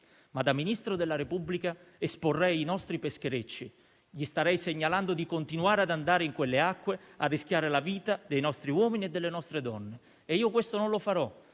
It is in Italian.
ma da Ministro della Repubblica esporrei i nostri pescherecci, starei segnalando loro di continuare ad andare in quelle acque a rischiare la vita dei nostri uomini e delle nostre donne e questo non lo farò.